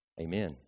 Amen